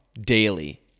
daily